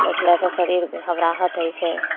बैठलासे शरीर घबराहट होइ छै